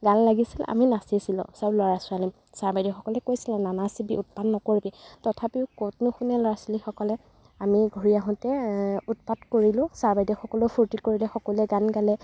গান লাগিছিল আমি নাচিছিলোঁ চব ল'ৰা ছোৱালীয়ে ছাৰ বাইদেউসকলে কৈছিলে নানাচিবি উৎপাত নকৰিবি তথাপিও ক'তনো শুনে ল'ৰা ছোৱালীসকলে আমি ঘূৰি আহোঁতে উৎপাত কৰিলোঁ ছাৰ বাইদেউসকলেও ফুৰ্ত্তি কৰিলে সকলোৱে গান গালে